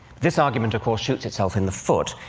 this argument of course, shoots itself in the foot.